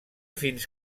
fins